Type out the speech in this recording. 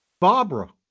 Barbara